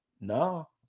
No